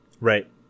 Right